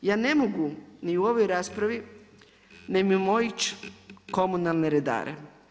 Ja ne mogu ni u ovoj raspravi, mimoići komunalne redare.